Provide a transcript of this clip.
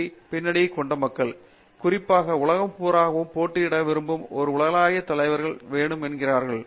D பின்னணியைக் கொண்ட மக்கள் குறிப்பாக உலகம் பூராவும் போட்டியிட விரும்பும் ஒரு உலகளாவிய தலைவர்கள் ஆக விரும்புகிறார்கள்